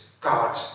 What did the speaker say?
God